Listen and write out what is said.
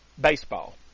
baseball